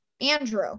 andrew